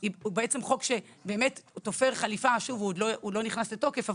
הוא עוד לא נכנס לתוקף,